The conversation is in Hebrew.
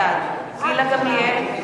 בעד גילה גמליאל,